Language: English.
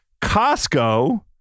Costco